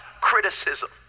criticism